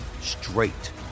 straight